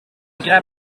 grab